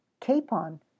Capon